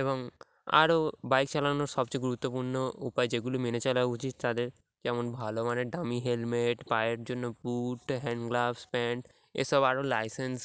এবং আরও বাইক চালানোর সবচেয়ে গুরুত্বপূর্ণ উপায় যেগুলি মেনে চলা উচিত তাদের যেমন ভালো মানের দামি হেলমেট পায়ের জন্য বুট হ্যান্ড গ্লাভস প্যান্ট এসব আরও লাইসেন্স